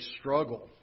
struggle